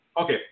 Okay